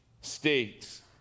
states